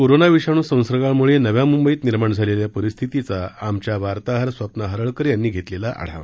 corona विषाणू संसर्गामुळे नव्या मुंबईत निर्माण झालेल्या परिस्थितीचा आमच्या वार्ताहर स्वप्ना हरळकर यांनी घेतलेला आढावा